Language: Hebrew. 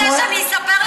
רוצה שאני אספר לך